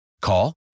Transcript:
Call